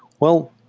well,